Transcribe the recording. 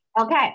Okay